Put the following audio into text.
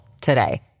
today